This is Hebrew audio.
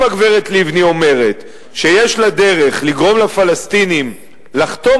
אם הגברת לבני אומרת שיש לה דרך לגרום לפלסטינים לחתום